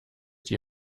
die